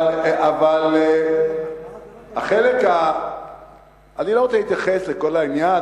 אני לא רוצה להתייחס לכל העניין,